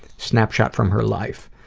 snapshot from her life,